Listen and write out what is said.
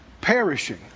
perishing